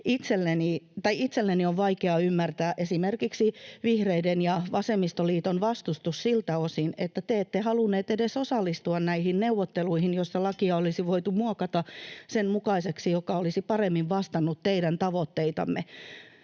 Itseni on vaikea ymmärtää esimerkiksi vihreiden ja vasemmistoliiton vastustusta siltä osin, että te ette halunneet edes osallistua näihin neuvotteluihin, joissa lakia olisi voitu muokata sen mukaiseksi, että se olisi paremmin vastannut teidän tavoitteitanne.